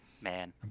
man